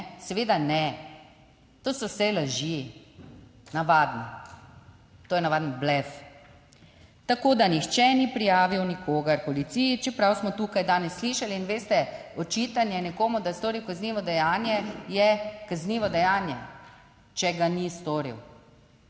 Seveda ne, to so vse laži navadno, to je navaden blef. Tako da nihče ni prijavil nikogar policiji, čeprav smo tukaj danes slišali, in veste, očitanje nekomu, da je storil kaznivo dejanje, je kaznivo dejanje, če ga ni storil.